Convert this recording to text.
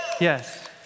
Yes